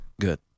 Good